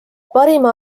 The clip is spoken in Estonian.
parima